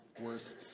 worse